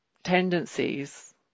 tendencies